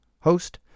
host